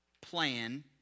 plan